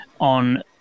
on